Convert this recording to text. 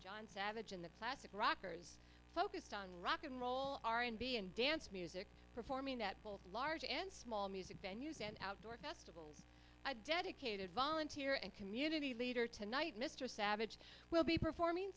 john savage in the classic rockers focused on rock n roll r and b and dance music performing at large and small music venues and outdoor cats i dedicated volunteer and community leader tonight mr savage will be performing